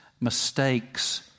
mistakes